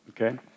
okay